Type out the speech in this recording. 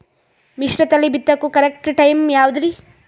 ಮಿಶ್ರತಳಿ ಬಿತ್ತಕು correct time ಯಾವುದರಿ?